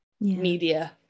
media